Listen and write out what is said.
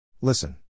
Listen